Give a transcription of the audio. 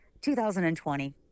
2020